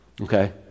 Okay